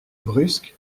brusque